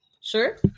Sure